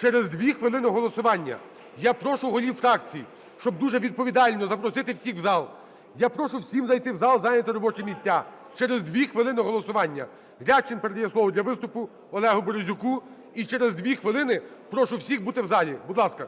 Через 2 хвилини голосування. Я прошу голів фракцій, щоб дуже відповідально запросити всіх в зал. Я прошу всіх зайти в зал, зайняти робочі місця, через 2 хвилини голосування. Рябчин передає слово для виступу Олегу Березюку, і через 2 хвилини прошу всіх бути в залі. Будь ласка.